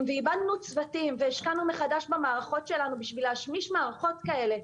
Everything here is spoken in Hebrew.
ואיבדנו צוותים והשקענו מחדש במערכות שלנו בשביל להשמיש מערכות כאלה.